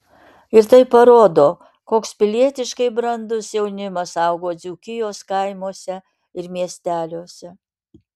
ir tai parodo koks pilietiškai brandus jaunimas augo dzūkijos kaimuose ir miesteliuose